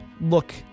look